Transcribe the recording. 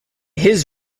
his